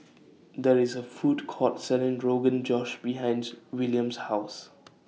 There IS A Food Court Selling Rogan Josh behinds William's House